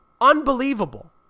unbelievable